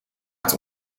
het